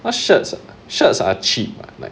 shirts ah shirts are cheap like